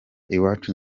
iwacu